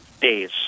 days